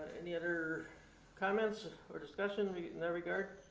any other comments or discussion in that regard?